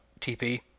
TP